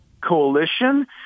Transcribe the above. coalition